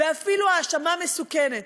ואפילו האשמה מסוכנת.